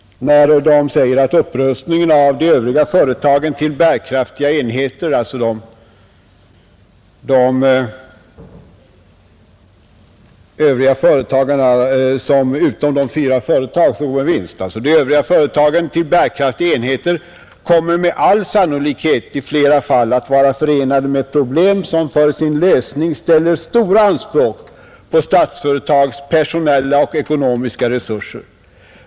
De skrev följande: ”Upprustningen av de övriga företagen till bärkraftiga enheter” — alltså övriga företag utom de fyra som går med vinst — ”kommer med all sannolikhet i flera fall att vara förenad med problem som för sin lösning ställer stora anspråk på Statsföretags personella och ekonomiska resurser.